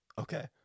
okay